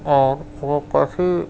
اور وہ کافی